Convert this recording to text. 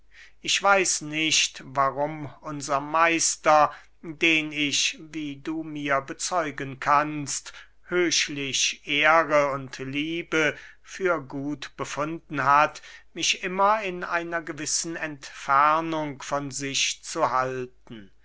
ich weiß nicht warum unser meister den ich wie du mir bezeugen kannst höchlich ehre und liebe für gut befunden hat mich immer in einer gewissen entfernung von sich zu halten